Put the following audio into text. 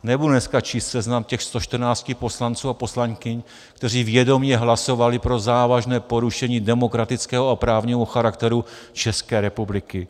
Nebudu dneska číst seznam těch 114 poslanců a poslankyň, kteří vědomě hlasovali pro závažné porušení demokratického a právního charakteru České republiky.